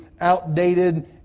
outdated